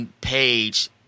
Page